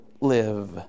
live